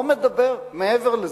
לא מדבר מעבר לזה,